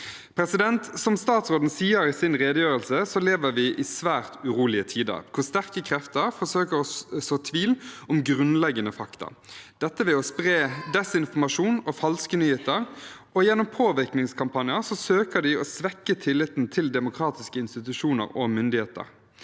verden. Som statsråden sier i sin redegjørelse, lever vi i svært urolige tider, hvor sterke krefter forsøker å så tvil om grunnleggende fakta. Ved å spre desinformasjon og falske nyheter, og gjennom påvirkningskampanjer, søker de å svekke tilliten til demokratiske institusjoner og